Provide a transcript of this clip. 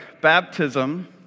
baptism